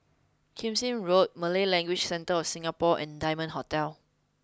Kismis Road Malay Language Centre of Singapore and Diamond Hotel